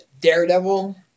daredevil